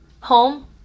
home